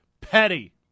Petty